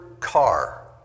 Car